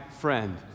friend